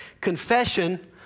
Confession